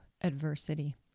adversity